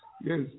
Yes